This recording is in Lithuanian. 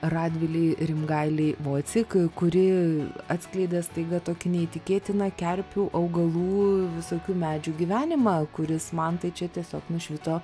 radvilei rimgailei voicik kuri atskleidė staiga tokį neįtikėtiną kerpių augalų visokių medžių gyvenimą kuris man tai čia tiesiog nušvito